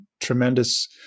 Tremendous